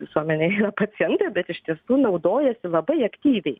visuomenėj yra pacientai bet iš tiesų naudojasi labai aktyviai